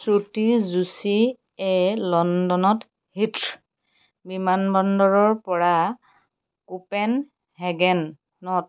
শ্ৰুতি যোশীয়ে লণ্ডনত হিথ' বিমান বন্দৰ পৰা কোপেনহেগেনত